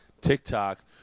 TikTok